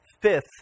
fifth